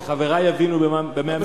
שחברי יבינו במה מדובר.